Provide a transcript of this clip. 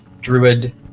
druid